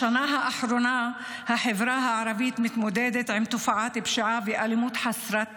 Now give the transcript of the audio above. בשנה האחרונה החברה הערבית מתמודדת עם תופעת פשיעה ואלימות חסרות תקדים.